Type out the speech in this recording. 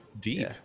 deep